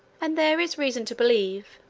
and there is reason to believe,